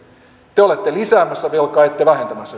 te olette lisäämässä velkaa ette vähentämässä